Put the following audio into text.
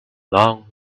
long